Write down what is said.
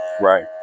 Right